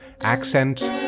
accents—